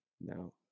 No